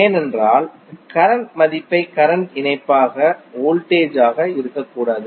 ஏனென்றால் கரண்ட் மதிப்பை கரண்ட் இணைப்பாக வோல்டேஜ் ஆக இருக்கக்கூடாது